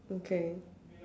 okay